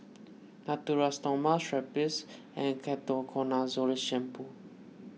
Natura Stoma Strepsils and Ketoconazole the Shampoo